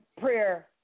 Prayer